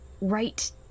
right